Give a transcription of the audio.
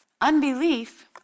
Unbelief